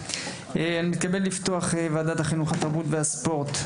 אני מתכבד לפתוח את ועדת החינוך התרבות והספורט,